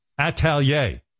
atelier